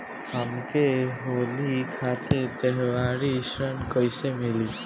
हमके होली खातिर त्योहारी ऋण कइसे मीली?